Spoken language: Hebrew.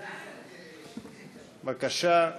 בבקשה,